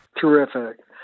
Terrific